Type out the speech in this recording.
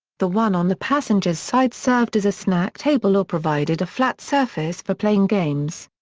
the one on the passenger's side served as a snack table or provided a flat surface for playing games.